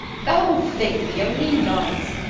the whole thing be only lies.